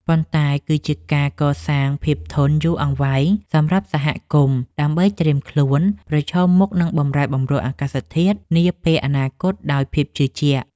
ប៉ុន្តែគឺជាការកសាងភាពធន់យូរអង្វែងសម្រាប់សហគមន៍ ដើម្បីត្រៀមខ្លួនប្រឈមមុខនឹងបម្រែបម្រួលអាកាសធាតុនាពេលអនាគតដោយភាពជឿជាក់។